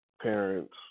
parents